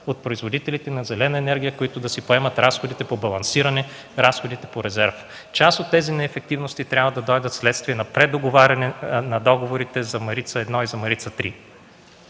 от производителите на зелена енергия, които да си поемат разходите по балансиране, разходите по резерв. Част от тези неефективности трябва да дойдат вследствие на предоговаряне на договорите за „Марица-1” и „Марица-3”.